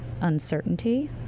uncertainty